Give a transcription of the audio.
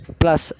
plus